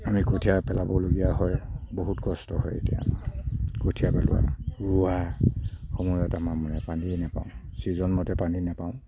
আমি কঠীয়া পেলাবলগীয়া হয় বহুত কষ্ট হয় এতিয়া কঠীয়া পেলোৱা ৰুৱা সময়মতে আমি পানীয়েই নাপাওঁ চীজনমতে পানী নাপাওঁ